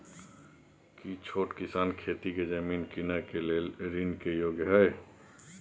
की छोट किसान खेती के जमीन कीनय के लेल ऋण के योग्य हय?